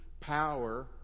power